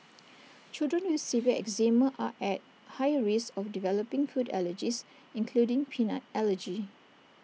children with severe eczema are at higher risk of developing food allergies including peanut allergy